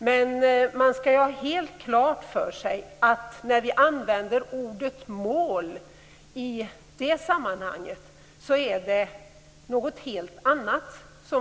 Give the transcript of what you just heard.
Men man skall ha helt klart för sig att ordet "mål" i det sammanhanget innebär något helt annat.